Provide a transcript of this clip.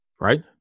Right